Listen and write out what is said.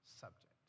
subject